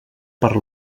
per